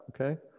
okay